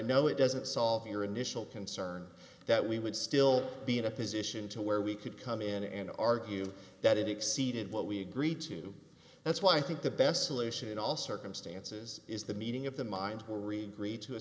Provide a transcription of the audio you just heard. know it doesn't solve your initial concern that we would still be in a position to where we could come in and argue that it exceeded what we agreed to that's why i think the best solution in all circumstances is the meeting of the mind